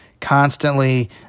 constantly